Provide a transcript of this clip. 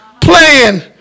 playing